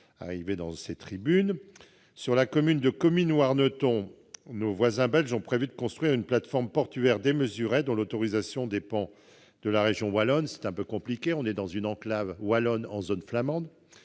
prévus sur la rive belge. Sur la commune de Comines-Warneton, nos voisins belges ont prévu de construire une plateforme portuaire démesurée, dont l'autorisation dépend de la région wallonne- la situation est un peu complexe : on est là dans une enclave wallonne en zone flamande